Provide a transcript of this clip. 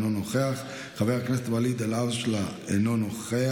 אינו נוכח,